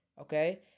okay